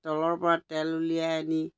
তলৰ পৰা তেল উলিয়াই আনি